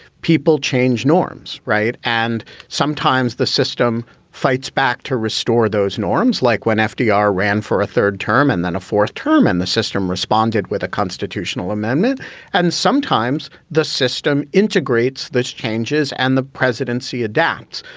people change norms, right. and sometimes the system fights back to restore those norms, like when fdr ran for a third term and then a fourth term and the system responded with a constitutional amendment and sometimes the system. integrates the changes and the presidency adapt.